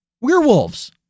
Werewolves